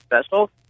special